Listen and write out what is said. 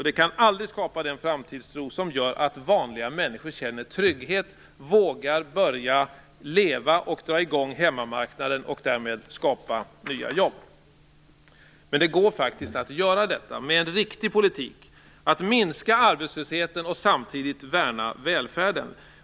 Det kan aldrig skapa den framtidstro som gör att vanliga människor känner trygghet, vågar börja leva, drar i gång hemmamarknaden och därmed skapar nya jobb. Det går faktiskt med en riktig politik att minska arbetslösheten och samtidigt värna välfärden.